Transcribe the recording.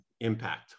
impact